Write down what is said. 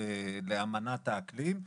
בהתחייבויות שלנו לאמנת האקלים,